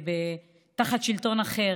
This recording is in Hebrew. תחת שלטון אחר.